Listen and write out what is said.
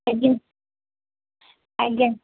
ଆଜ୍ଞା ଆଜ୍ଞା